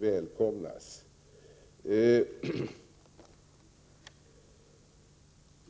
välkomnas.